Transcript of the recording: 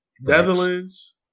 Netherlands